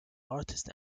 artist